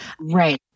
Right